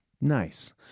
Nice